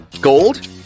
Gold